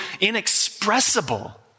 inexpressible